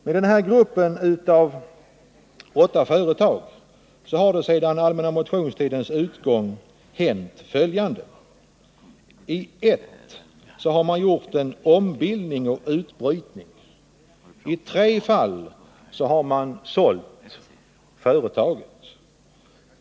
Med den här gruppen av åtta töretag har efter den allmänna motionstidens utgång hänt följande: I ett fall har man gjort en ombildning och en utbrytning. I tre fall har man sålt företaget.